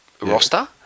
roster